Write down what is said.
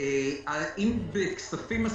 אם בכספים עסקינן,